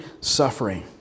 suffering